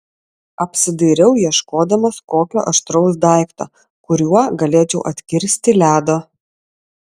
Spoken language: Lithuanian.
apsidairiau ieškodamas kokio aštraus daikto kuriuo galėčiau atkirsti ledo